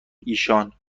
ایشان